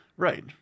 Right